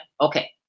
okay